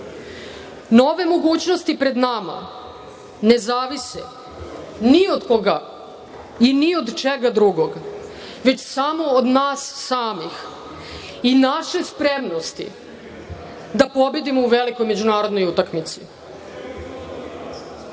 Nove mogućnosti pred nama ne zavise ni od koga i ni od čega drugog, već samo od nas samih i naše spremnosti da pobedimo u velikoj međunarodnoj utakmici.